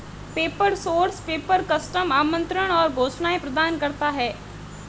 paper source paper, custom आमंत्रण और घोषणाएं प्रदान करता है